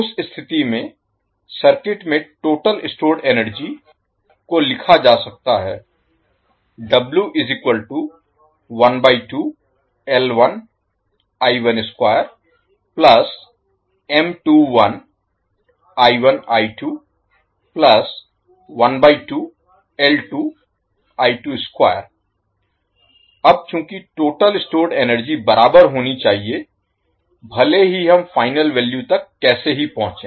उस स्थिति में सर्किट में टोटल स्टोर्ड एनर्जी को लिखा जा सकता है अब चूंकि टोटल स्टोर्ड एनर्जी बराबर होनी चाहिए भले ही हम फाइनल वैल्यू तक कैसे ही पहुंचे